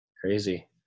crazy